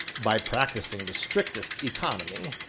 by practising the strictest economy,